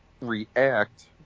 react